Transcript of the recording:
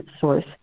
source